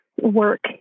work